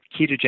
ketogenic